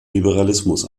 liberalismus